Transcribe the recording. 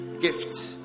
gift